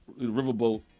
Riverboat